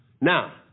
Now